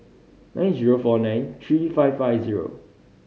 nine zero four nine three five five zero